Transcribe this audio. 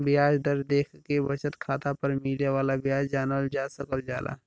ब्याज दर देखके बचत खाता पर मिले वाला ब्याज जानल जा सकल जाला